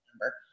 number